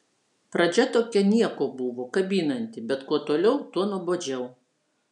pradžia tokia nieko buvo kabinanti bet kuo toliau tuo nuobodžiau